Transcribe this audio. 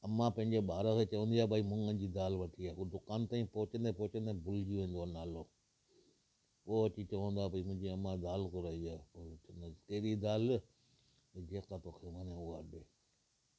अम्मा पंहिंजे ॿार खे चवंदी आहे भई मुङनि जी दाल वठी आहे हू दुकान ताईं पहुचंदे पहुचंदे भुलिजी वेंदो आहे नालो पोइ अची चवंदो आहे भई मुंहिंजी अम्मा दाल घुराई आहे पोइ हू चवंदुसि कहिड़ी दाल जेका तोखे वणे उहा ॾे